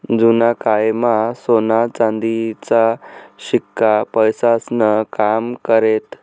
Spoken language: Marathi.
जुना कायमा सोना चांदीचा शिक्का पैसास्नं काम करेत